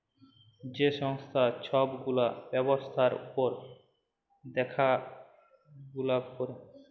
যে সংস্থা ছব গুলা ব্যবসার উপর দ্যাখাশুলা ক্যরে